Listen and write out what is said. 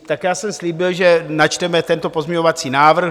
Tak já jsem slíbil, že načteme tento pozměňovací návrh.